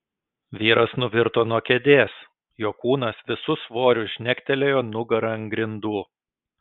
vyras nuvirto nuo kėdės jo kūnas visu svoriu žnektelėjo nugara ant grindų